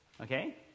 okay